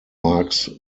marks